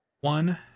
one